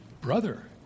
brother